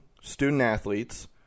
student-athletes